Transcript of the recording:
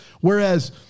Whereas